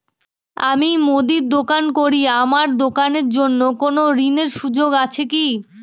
আমি মুদির দোকান করি আমার দোকানের জন্য কোন ঋণের সুযোগ আছে কি?